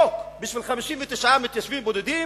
חוק בשביל 59 מתיישבים בודדים,